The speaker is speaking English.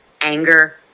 anger